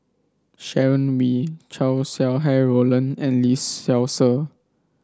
Sharon Wee Chow Sau Hai Roland and Lee Seow Ser